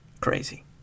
Crazy